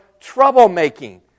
troublemaking